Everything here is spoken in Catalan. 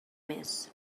més